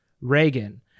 Reagan